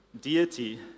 deity